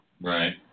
Right